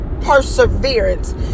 perseverance